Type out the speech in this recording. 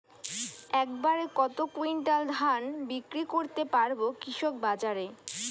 এক বাড়ে কত কুইন্টাল ধান বিক্রি করতে পারবো কৃষক বাজারে?